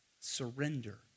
surrender